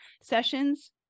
sessions